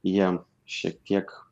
jie šiek tiek